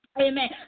Amen